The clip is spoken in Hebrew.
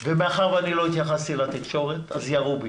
ומאחר שאני לא התייחסתי לתקשורת, אז ירו בי.